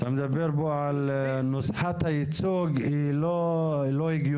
אתה מדבר פה על נוסחת הייצוג שהיא לא הגיונית.